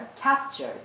captured